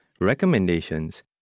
recommendations